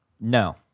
No